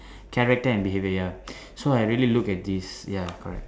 character and behaviour ya so I really look at this ya correct